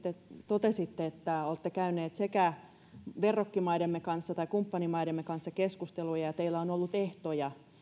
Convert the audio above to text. totesitte että olette käyneet verrokkimaidemme kumppanimaidemme kanssa keskusteluja ja teillä on ollut ehtoja